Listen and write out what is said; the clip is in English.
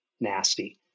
nasty